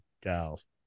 gals